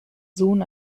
sohn